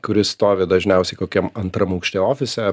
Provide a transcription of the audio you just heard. kuris stovi dažniausiai kokiam antram aukšte ofise